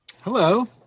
Hello